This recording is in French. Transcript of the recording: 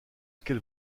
lequel